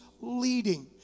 leading